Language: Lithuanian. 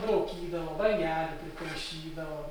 braukydavo bangelių pripaišydavo